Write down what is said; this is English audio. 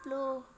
play